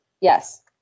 Yes